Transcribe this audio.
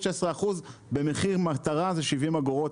16% במחיר מטרה זה 70 אגורות,